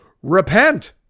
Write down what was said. Repent